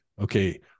okay